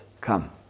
come